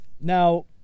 Now